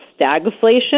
stagflation